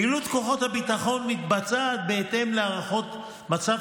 פעילות כוחות הביטחון מתבצעת בהתאם להערכות מצב